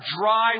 dry